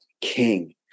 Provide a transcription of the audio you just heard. king